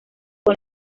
con